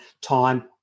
time